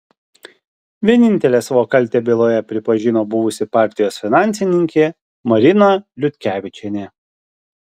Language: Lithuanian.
vienintelė savo kaltę byloje pripažino buvusi partijos finansininkė marina liutkevičienė